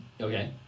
Okay